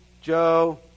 Joe